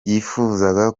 yifuzaga